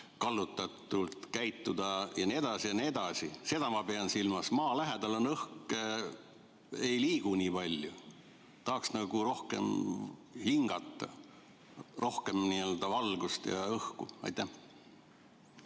kallutatult käituda jne, jne. Seda ma pean silmas. Maa lähedal õhk ei liigu nii palju, tahaks nagu rohkem hingata, rohkem n-ö valgust ja õhku. Aitäh,